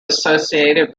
associated